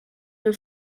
your